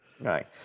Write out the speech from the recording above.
Right